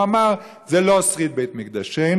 הוא אמר: זה לא שריד בית-מקדשנו,